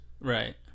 Right